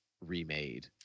remade